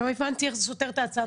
לא הבנתי איך זה סותר את הצעת החוק.